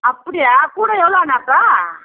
அப்படியா கூடை எவ்வளோண்ணா அப்போ